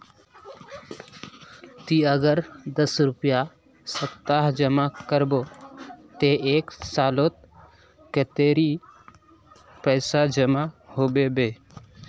ती अगर दस रुपया सप्ताह जमा करबो ते एक सालोत कतेरी पैसा जमा होबे बे?